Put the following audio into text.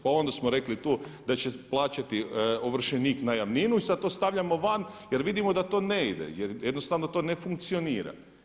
Pa onda smo rekli tu da će plaćati ovršenik najamninu i sada to stavljamo van jer vidimo da to ne ide jednostavno to ne funkcionira.